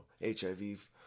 HIV